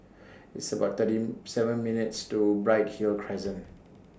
It's about thirty seven minutes' to Bright Hill Crescent